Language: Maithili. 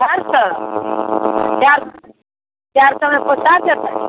पाँच सए चारि चारि सएमे पोसा जेतै